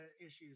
issues